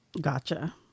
Gotcha